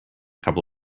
couple